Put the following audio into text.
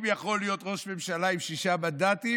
אם יכול להיות ראש ממשלה עם שישה מנדטים,